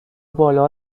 بالا